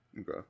Okay